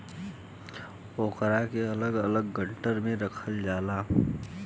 ओकरा के अलग अलग गट्ठर मे रखल जाला